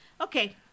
okay